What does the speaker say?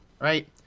right